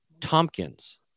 Tompkins